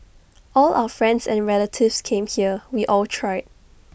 all our friends and relatives came here we all tried